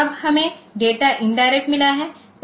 अब हमें data indirect मिला है